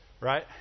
right